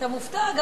אתה מופתע?